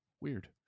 weird